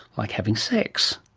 like having sex.